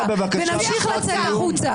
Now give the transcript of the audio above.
נמשיך לצאת החוצה.